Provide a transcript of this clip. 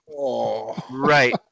Right